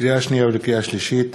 לקריאה שנייה ולקריאה שלישית,